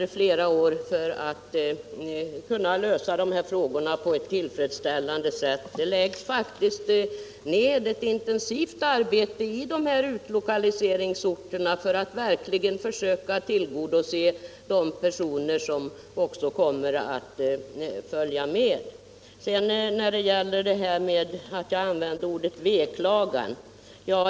I utlokaliseringsorterna utförs faktiskt ett intensivt arbete för att tillgodose kraven från de personer som flyttar med. Man har reagerat mot att jag använde ordet veklagan.